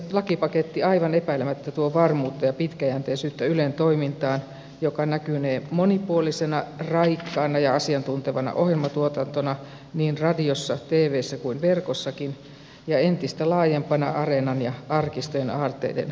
lakipaketti aivan epäilemättä tuo varmuutta ja pitkäjänteisyyttä ylen toimintaan joka näkynee monipuolisena raikkaana ja asiantuntevana ohjelmatuotantona niin radiossa tvssä kuin verkossakin ja entistä laajempana areenan ja arkistojen aarteiden saatavuutena